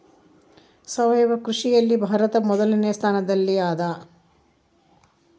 ಸಾವಯವ ಕೃಷಿಯಲ್ಲಿ ಭಾರತ ಮೊದಲನೇ ಸ್ಥಾನದಲ್ಲಿ ಅದ